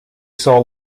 saw